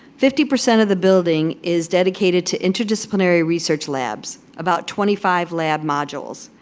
fifty percent of the building is dedicated to interdisciplinary research labs, about twenty five lab modules.